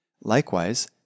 Likewise